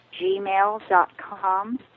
gmail.com